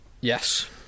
Yes